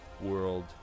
world